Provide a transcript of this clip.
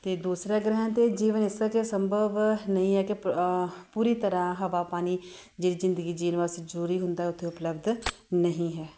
ਅਤੇ ਦੂਸਰਾ ਗ੍ਰਹਿਆਂ 'ਤੇ ਜੀਵਨ ਇਸ ਤਰ੍ਹਾਂ ਸੰਭਵ ਨਹੀਂ ਹੈ ਕਿ ਪ ਪੂਰੀ ਤਰ੍ਹਾਂ ਹਵਾ ਪਾਣੀ ਜਿਹੜੀ ਜ਼ਿੰਦਗੀ ਜੀਣ ਵਾਸਤੇ ਜ਼ਰੂਰੀ ਹੁੰਦਾ ਉੱਥੇ ਉਪਲੱਬਧ ਨਹੀਂ ਹੈ